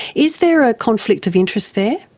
is there a conflict of interest there?